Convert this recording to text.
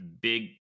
big